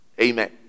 Amen